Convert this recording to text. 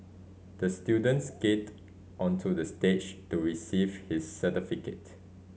the student skated onto the stage to receive his certificate